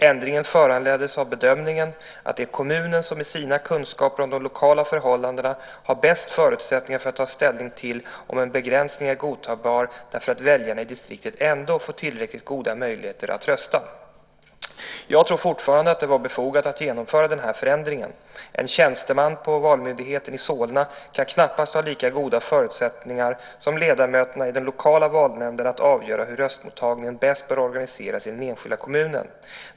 Ändringen föranleddes av bedömningen att det är kommunen som, med sina kunskaper om de lokala förhållandena, har bäst förutsättningar för att ta ställning till om en begränsning är godtagbar därför att väljarna i distriktet ändå får tillräckligt goda möjligheter att rösta . Jag tror fortfarande att det var befogat att genomföra den här förändringen. En tjänsteman på Valmyndigheten i Solna kan knappast ha lika goda förutsättningar som ledamöterna i den lokala valnämnden att avgöra hur röstmottagningen bäst bör organiseras i den enskilda kommunen.